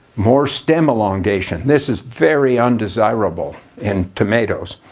more stem elongation. this is very undesirable in tomatoes.